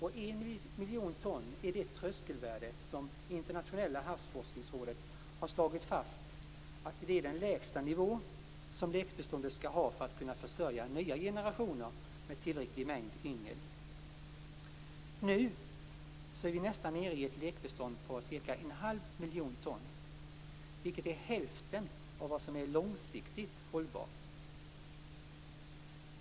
1 miljon ton är det tröskelvärde som Internationella havsforskningsrådet har slagit fast som lägsta nivå för att lekbeståndet skall kunna försörja nya generationer med en tillräcklig mängd yngel. Nu är vi nästan nere på ett lekbestånd om cirka en halv miljon ton, vilket är hälften av vad som är långsiktigt hållbart.